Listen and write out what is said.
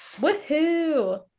woohoo